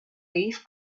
leaf